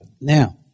now